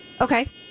Okay